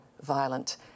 violent